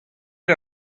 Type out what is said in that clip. eur